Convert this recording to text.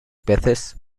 peces